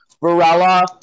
Varela